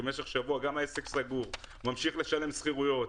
במשך שבוע גם העסק סגור וגם הוא ממשיך לשלם שכירויות,